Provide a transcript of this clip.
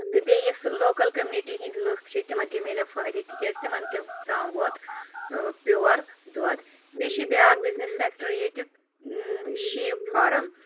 تہٕ بییٚہِ یُس لوکل کمیونٹی ہنٛدۍ لُکھ چھِ تمن تہِ مِلیو فٲہدٕ تِکیازِ تمن تہِ تام ووت پیور دۄد بییٚہِ چھُ بیاکھ بزنس سیٚکٹر ییٚتیُک شیٖپ فارم